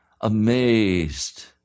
amazed